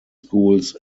schools